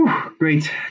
Great